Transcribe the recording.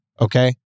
Okay